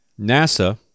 NASA